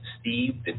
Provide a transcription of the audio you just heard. Steve